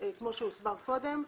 כמו שהוסבר קודם,